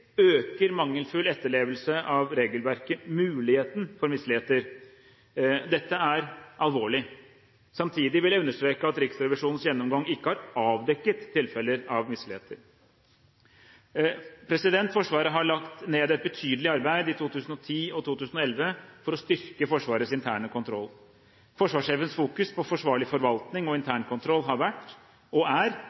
øker mangelfull etterlevelse av regelverket muligheten for misligheter. Dette er alvorlig. Samtidig vil jeg understreke at Riksrevisjonens gjennomgang ikke har avdekket tilfeller av misligheter. Forsvaret har lagt ned et betydelig arbeid i 2010 og 2011 for å styrke Forsvarets interne kontroll. Forsvarssjefens fokus på forsvarlig forvaltning og intern kontroll har vært, og er,